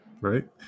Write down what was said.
Right